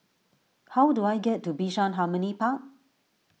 how do I get to Bishan Harmony Park